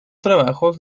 trabajos